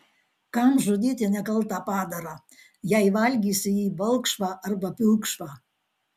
kam žudyti nekaltą padarą jei valgysi jį balkšvą arba pilkšvą